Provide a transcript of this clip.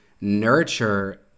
nurture